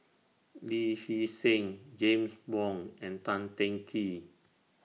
Lee Hee Seng James Wong and Tan Teng Kee